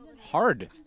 hard